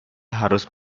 harus